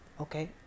Okay